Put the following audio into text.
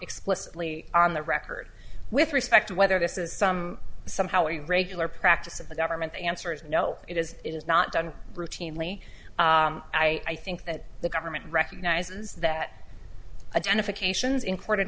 explicitly on the record with respect to whether this is some somehow a regular practice of the government the answer is no it is it is not done routinely i think that the government recognizes that identifications i